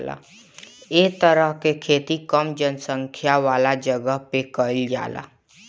ए तरह के खेती कम जनसंख्या वाला जगह पे कईल जाला